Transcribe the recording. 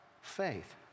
faith